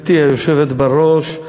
גברתי היושבת בראש,